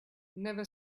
never